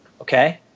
Okay